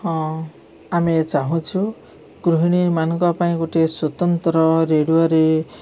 ହଁ ଆମେ ଚାହୁଁଛୁ ଗୃହିଣୀ ମାନଙ୍କ ପାଇଁ ଗୋଟିଏ ସ୍ଵତନ୍ତ୍ର ରେଡ଼ିଓରେ